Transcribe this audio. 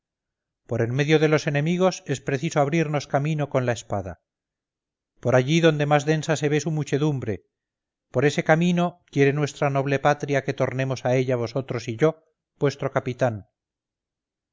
por en medio de los enemigos es preciso abrirnos camino con la espada por allí donde más densa se ve su muchedumbre por ese camino quiere nuestra noble patria que tornemos a ella vosotros y yo vuestro capitán